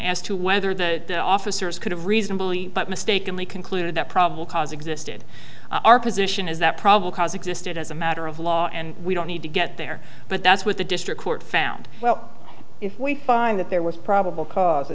as to whether the officers could have reasonably mistakenly concluded that probable cause existed our position is that probable cause existed as a matter of law and we don't need to get there but that's what the district court found well if we find that there was probable cause